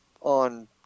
on